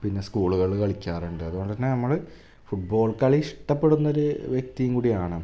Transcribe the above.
പിന്നെ സ്കൂളുകളിൽ കളിക്കാറുണ്ട് അതു കൊണ്ടു തന്നെ നമ്മൾ ഫുട്ബോള് കളി ഇഷ്ടപ്പെടുന്നൊരു വ്യക്തിയും കൂടിയാണ്